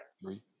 Three